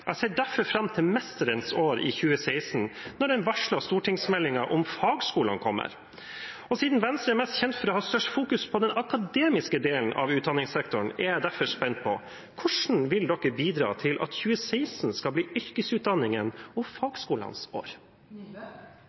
Jeg ser derfor fram til mesterens år i 2016, når den varslede stortingsmeldingen om fagskolene kommer. Siden Venstre er kjent for å fokusere mest på den akademiske delen av utdanningssektoren, er jeg derfor spent på hvordan de vil bidra til at 2016 skal bli yrkesutdanningens og fagskolenes år.